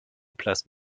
place